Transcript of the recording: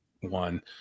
one